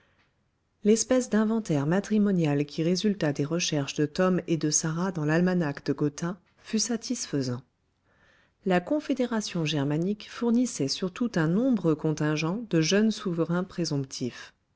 l'espèce d'inventaire matrimonial qui résulta des recherches de tom et de sarah dans l'almanach de gotha fut satisfaisant la confédération germanique fournissait surtout un nombreux contingent de jeunes souverains présomptifs